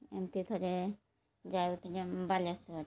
ଏମିତି ଥରେ ଯାଉଛି ଯେ ବାଲେଶ୍ୱର